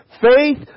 faith